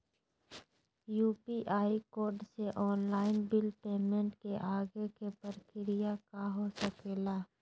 UPI code से online bill payment के आगे के प्रक्रिया का हो सके ला?